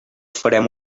farem